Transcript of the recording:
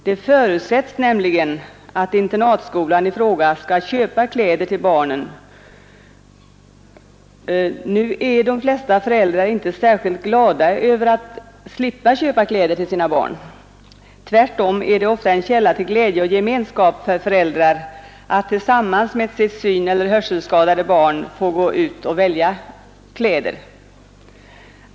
Det förutsätts nämligen att internatskolan skall köpa kläder till barnen. Nu är de flesta föräldrar inte särskilt glada över att slippa köpa kläder till sina barn. Tvärtom är det ofta en källa till glädje och gemenskap för föräldrar att tillsammans med sitt syneller hörselskadade barn få gå ut och välja kläder.